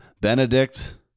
Benedict